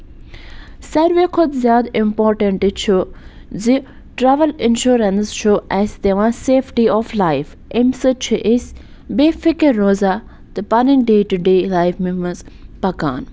ساروِیو کھۄتہٕ زیادٕ اِمپاٹٮ۪نٛٹ چھُ زِ ٹرٛاوٕل اِنشورَنٕس چھُ اَسہِ دِوان سیفٹی آف لایِف اَمہِ سۭتۍ چھُ أسۍ بے فِکِر روزان تہٕ پَنٕنۍ ڈے ٹُہ ڈے لایفہِ منٛز پَکان